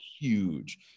huge